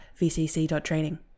vcc.training